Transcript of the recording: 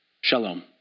Shalom